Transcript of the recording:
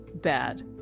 bad